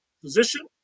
position